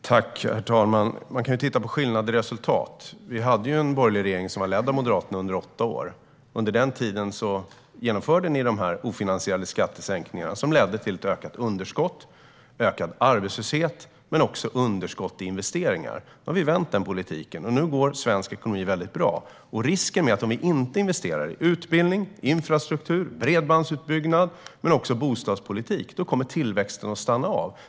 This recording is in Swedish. Herr talman! Man kan ju titta på skillnader i resultat. Vi hade en borgerlig regering som leddes av Moderaterna under åtta år, och under den tiden genomförde ni dessa ofinansierade skattesänkningar. De ledde till ett ökat underskott, ökad arbetslöshet och ett underskott i investeringar. Nu har vi vänt den politiken, och nu går svensk ekonomi väldigt bra. Om vi inte investerar i utbildning, infrastruktur, bredbandsutbyggnad och bostadspolitik är risken att tillväxten stannar av.